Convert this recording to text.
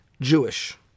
Jewish